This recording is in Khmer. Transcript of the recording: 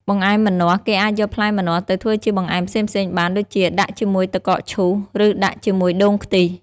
បង្អែមម្នាស់ គេអាចយកផ្លែម្នាស់ទៅធ្វើជាបង្អែមផ្សេងៗបាន ដូចជាដាក់ជាមួយទឹកកកឈូស ឬដាក់ជាមួយដូងខ្ទិះ។